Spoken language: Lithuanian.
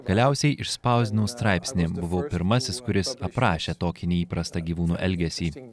galiausiai išspausdinau straipsnį buvau pirmasis kuris aprašė tokį neįprastą gyvūnų elgesį